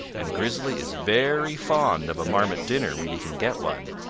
and grizzly is very fond of a marmot dinner when he can get one.